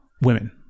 women